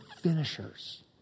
finishers